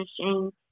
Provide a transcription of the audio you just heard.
machine